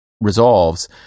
resolves